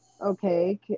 okay